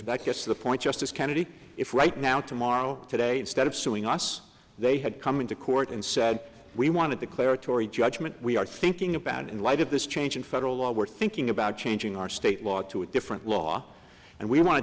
that gets to the point justice kennedy right now tomorrow today instead of suing us they had come into court and said we want to declare a tory judgment we are thinking about in light of this change in federal law we're thinking about changing our state law to a different law and we wanted to